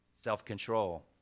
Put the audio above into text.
Self-control